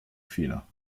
fehler